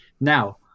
Now